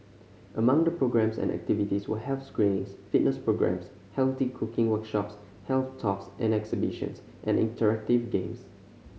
among the programmes and activities were health screenings fitness programmes healthy cooking workshops health talks and exhibitions and interactive games